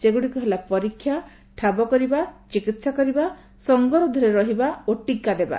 ସେଗୁଡ଼ିକ ହେଲା ପରୀକ୍ଷା ଠାବକରିବା ଚିକିତ୍ସା କରିବା ସଂଗରୋଧ କରିବା ଓ ଚିକାଦେବା